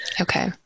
Okay